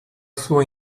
sua